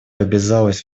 обязалась